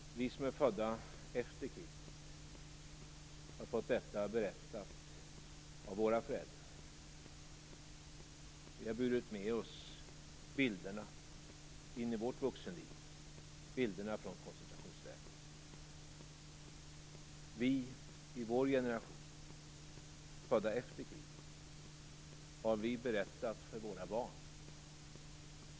Vi som är födda efter kriget har fått detta berättat av våra föräldrar. Vi har burit med oss bilderna från koncentrationsläger in i vårt vuxenliv. Har vi i vår generation, födda efter kriget, berättat för våra barn?